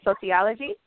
sociology